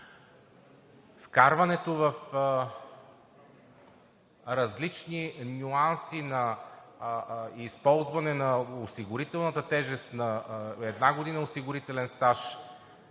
Вкарването в различни нюанси на използване на осигурителната тежест на една година осигурителен стаж